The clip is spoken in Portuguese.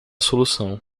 solução